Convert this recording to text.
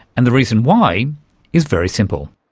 and the reason why is very simple.